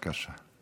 בבקשה.